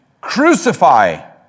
Crucify